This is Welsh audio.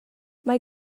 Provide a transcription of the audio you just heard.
mae